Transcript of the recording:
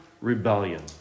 rebellion